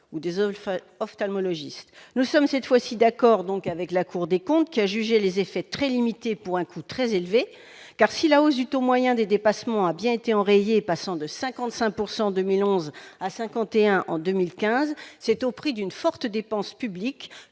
offres ophtalmologiste nous sommes cette fois-ci, d'accord, donc avec la Cour des comptes qui a jugé les effets très limité pour un coût très élevé car si la hausse du taux moyen des dépassements a bien été enrayée, passant de 55 pourcent 2011 à 51 en 2015 c'est au prix d'une forte dépense publique